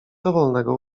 dowolnego